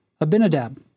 Abinadab